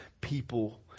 people